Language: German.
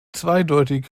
zweideutig